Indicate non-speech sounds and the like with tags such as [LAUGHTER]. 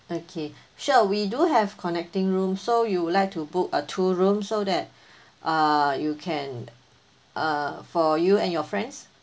okay [BREATH] so we do have connecting room so you would like to book a two room so that [BREATH] uh you can uh for you and your friends